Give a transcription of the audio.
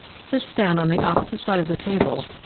sits down on the opposite side of the table,